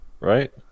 right